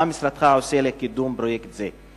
מה משרדך עושה לקידום פרויקט זה?